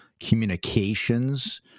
communications